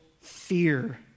fear